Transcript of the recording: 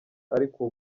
ariko